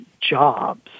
jobs